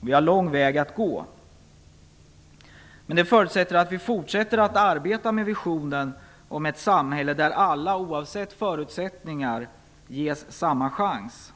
Vi har lång väg att gå. Men det förutsätter att vi fortsätter att arbeta med visionen om ett samhälle där alla oavsett förutsättningar ges samma chans.